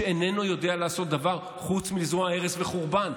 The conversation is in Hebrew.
שאיננו יודע לעשות דבר חוץ מלזרוע הרס וחורבן.